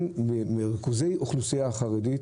הרכבת לא מגיעה לריכוזי האוכלוסייה החרדית.